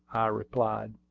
i replied.